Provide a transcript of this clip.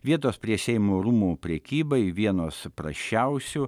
vietos prie seimo rūmų prekybai vienos prasčiausių